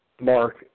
mark